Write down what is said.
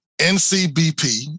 NCBP